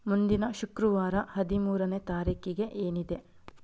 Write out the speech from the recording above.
ಮುಂದಿನ ಶುಕ್ರವಾರ ಹದಿಮೂರನೇ ತಾರೀಕಿಗೆ ಏನಿದೆ